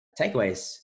takeaways